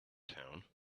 town